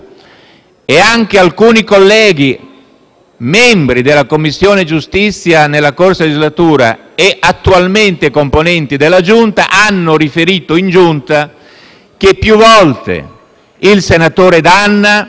e anche alcuni colleghi, membri della Commissione giustizia nella scorsa legislatura e attualmente membri della Giunta, hanno riferito in Giunta che più volte il senatore D'Anna,